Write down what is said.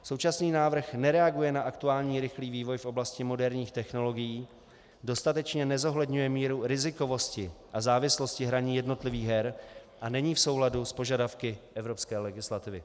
Současný návrh nereaguje na aktuální rychlý vývoj v oblasti moderních technologií, dostatečně nezohledňuje míru rizikovosti a závislosti hraní jednotlivých her a není v souladu s požadavky evropské legislativy.